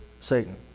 Satan